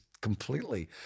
completely